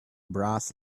brass